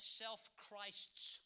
self-Christs